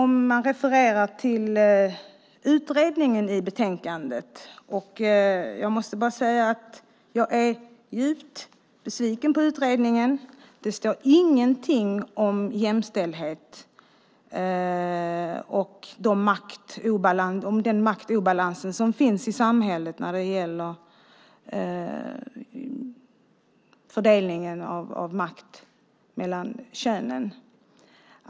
Man refererar också till utredningen i betänkandet. Jag måste bara säga att jag är djupt besviken på utredningen. Det står ingenting om jämställdhet och den obalans som finns i samhället när det gäller fördelningen av makt mellan könen.